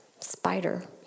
spider